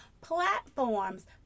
platforms